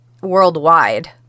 worldwide